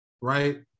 right